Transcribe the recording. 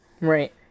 Right